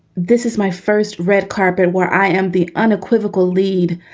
this is my first red carpet where i am the unequivocal lead.